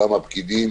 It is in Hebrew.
גם הפקידים,